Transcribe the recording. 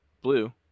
blue